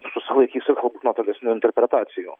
susilaikysiu galbūt nuo tolesnių interpretacijų